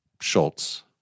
Schultz